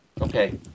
Okay